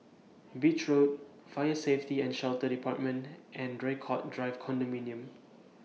Beach Road Fire Safety and Shelter department and Draycott Drive Condominium